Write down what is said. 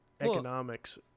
economics